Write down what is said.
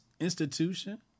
institution